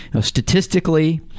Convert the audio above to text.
statistically